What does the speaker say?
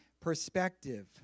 perspective